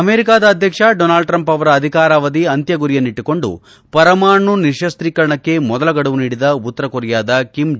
ಅಮೆರಿಕದ ಅಧ್ಯಕ್ಷ Donald Trump ಅವರ ಅಧಿಕಾರಾವಧಿ ಅಂತ್ಯ ಗುರಿಯನ್ನಿಟ್ಟುಕೊಂಡು ಪರಮಾಣು ನಿಶಸ್ತೀಕರಣಕ್ಕೆ ಮೊದಲ ಗಡುವು ನೀಡಿದ ಉತ್ತರ ಕೊರಿಯಾದ ಕಿಮ್ ಜಾಂಗ್ ಉನ್